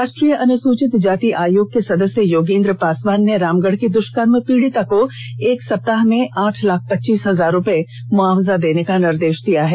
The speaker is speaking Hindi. राष्ट्रीय अनुसूचित जाति आयोग के सदस्य योगेन्द्र पासवान ने रामगढ़ की दुष्कर्म पीड़िता को एक सप्ताह में आठ लाख पच्चीस हजार रूपए मुआवजा देने का निर्देष दिया है